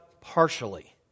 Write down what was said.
partially